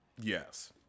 Yes